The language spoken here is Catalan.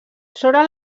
sobre